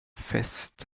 fest